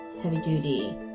heavy-duty